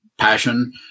Passion